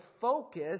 focus